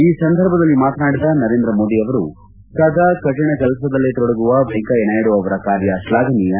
ಈ ಸಂದರ್ಭದಲ್ಲಿ ಮಾತನಾಡಿದ ನರೇಂದ್ರ ಮೋದಿ ಅವರು ಸದಾ ಕಠಿಣ ಕೆಲಸದಲ್ಲೆ ತೊಡಗುವ ವೆಂಕಯ್ನ ನಾಯ್ನು ಅವರ ಕಾರ್ಯ ಶ್ಲಾಘನೀಯ